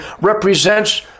represents